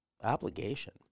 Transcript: obligation